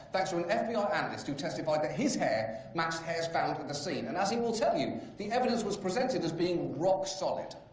thanks to an fbi ah analyst who testified that his hair matched hairs found at the scene. and as he will tell you, the evidence was presented as being rock solid.